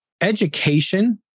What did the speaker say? education